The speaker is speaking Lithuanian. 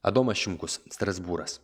adomas šimkus strasbūras